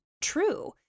true